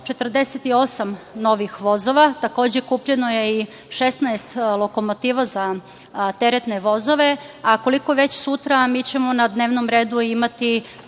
48 novih vozova, takođe je kupljeno i 16 lokomotiva za teretne vozove, a koliko već sutra, mi ćemo na dnevnom redu imati